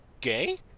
Gay